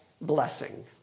blessing